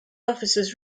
officers